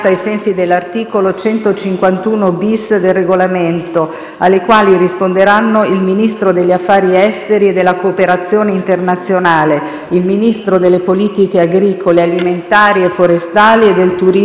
alle quali risponderanno il Ministro degli affari esteri e della cooperazione internazionale, il Ministro delle politiche agricole alimentari, forestali e del turismo e il Ministro per i beni e le attività culturali.